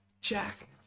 Jack